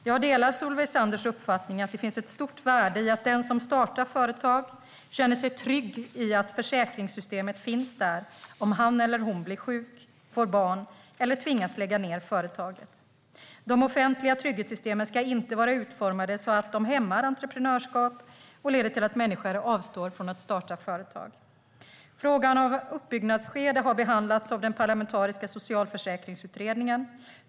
Jag delar Solveig Zanders uppfattning att det finns ett stort värde i att den som startar företag känner sig trygg i att försäkringssystemet finns där om han eller hon blir sjuk, får barn eller tvingas lägga ned företaget. De offentliga trygghetssystemen ska inte vara utformade så att de hämmar entreprenörskap och leder till att människor avstår från att starta företag. Frågan om uppbyggnadsskede har behandlats av den parlamentariska socialförsäkringsutredningen.